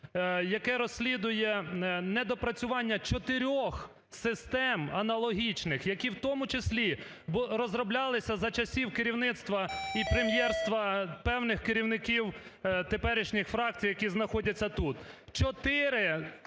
яке розслідує недопрацювання чотирьох систем аналогічних, які в тому числі розроблялися за часів керівництва і прем'єрства певних керівників теперішніх фракцій, які знаходяться тут. Чотири